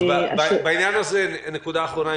בעניין הזה נקודה אחרונה,